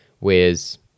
Whereas